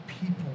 people